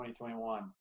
2021